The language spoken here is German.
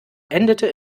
endete